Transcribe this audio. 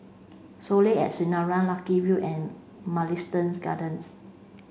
Soleil at Sinaran Lucky View and Mugliston Gardens